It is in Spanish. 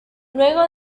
luego